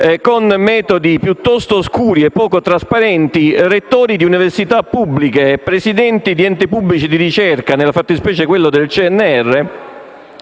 con metodi piuttosto oscuri e poco trasparenti, rettori di università pubbliche e presidenti di enti pubblici di ricerca, in particolare quello del CNR,